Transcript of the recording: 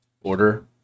order